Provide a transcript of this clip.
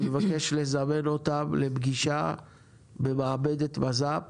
אני מבקש לזמן אותם לפגישה במעבדת מז"פ